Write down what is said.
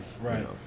Right